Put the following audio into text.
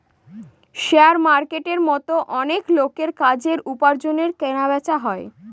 share মার্কেটের মতো অনেক লোকের কাজের, উপার্জনের কেনা বেচা হয়